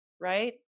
right